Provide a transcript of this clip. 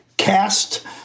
cast